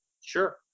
Sure